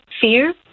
fear